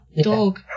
dog